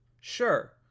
sure